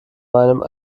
meinem